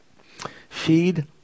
feed